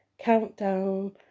countdown